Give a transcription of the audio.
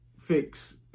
fix